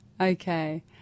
Okay